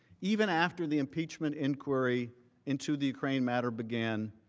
even after the impeachment inquiry into the ukraine matter began,